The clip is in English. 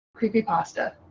creepypasta